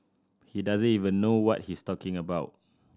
he doesn't even know what he's talking about